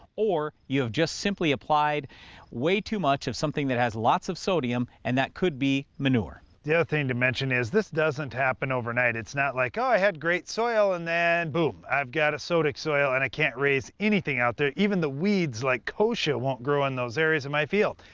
or you have just simply applied way too much of something that has lots of sodium, and that could be manure. d the other thing to mention is this doesn't happen overnight. it's not like, oh, i had great soil and then boom! i've got a sodic soil, and i can't raise anything out there even the weeds like kochia won't grow in those areas of my field.